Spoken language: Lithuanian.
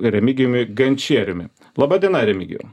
remigijumi gančieriumi laba diena remigijau